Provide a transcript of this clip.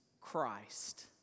Christ